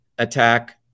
attack